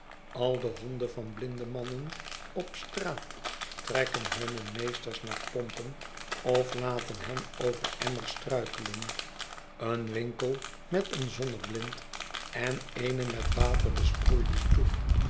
al de honden van blindemannen op straat trekken hunne meesters naar pompen of laten hen over emmers struikelen een winkel met een zonneblind en eene met water besproeide stoep